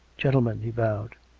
gentlemen he bowed.